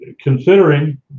considering